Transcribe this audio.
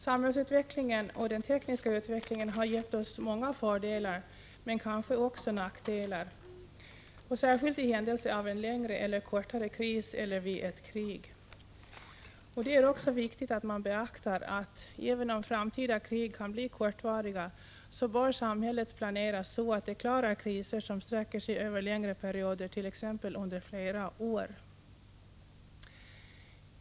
Samhällsutvecklingen och den tekniska utvecklingen har gett oss många fördelar men kanske också nackdelar, särskilt i händelse av en längre eller kortare kris eller vid ett krig. Det är också viktigt att man beaktar att, Prot. 1985/86:126 även om framtida krig kan bli kortvariga, samhället bör planeras så att det 24 april 1986 klarar kriser som sträcker sig över längre perioder, t.ex. under flera år.